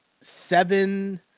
Seven